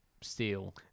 Steel